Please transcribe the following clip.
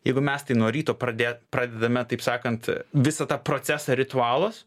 jeigu mes tai nuo ryto pradėt pradedame taip sakant visą tą procesą ritualas